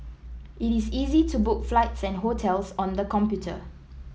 it is easy to book flights and hotels on the computer